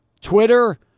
Twitter